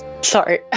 sorry